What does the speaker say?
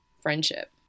friendship